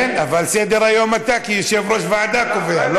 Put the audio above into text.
כן, אבל את סדר-היום אתה כיושב-ראש ועדה קובע.